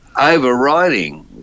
overriding